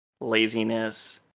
laziness